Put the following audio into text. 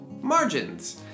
Margins